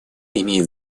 имеет